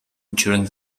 during